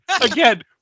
again